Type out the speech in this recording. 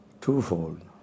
twofold